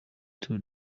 tour